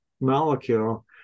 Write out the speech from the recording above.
molecule